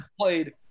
played